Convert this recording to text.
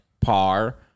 par